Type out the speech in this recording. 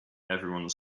everyone